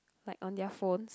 like on their phones